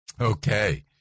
Okay